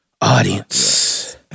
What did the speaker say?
audience